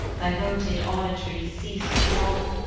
thy wonted auditories cease to throng.